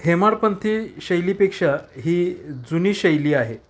हेमाडपंथी शैलीपेक्षा ही जुनी शैली आहे